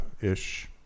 ish